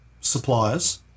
suppliers